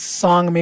song